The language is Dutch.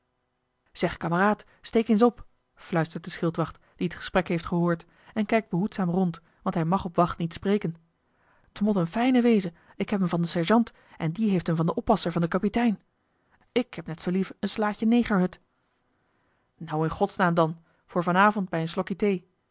zeg kameraad steek eens op fluistert de schildwacht die het gesprek heeft gehoord en kijkt behoedzaam rond want hij mag op wacht niet spreken t mot een fijne wezen ik heb hem van den sergeant en die heeft hem van den oppasser van den kapitein ik heb net zoo lief een slaatje negerhut nou in gods naam dan voor van avond bij een slokkie thee